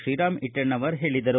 ಶ್ರೀರಾಮ ಇಟ್ಟಣ್ಣವರ ಹೇಳಿದರು